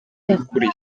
yakuriye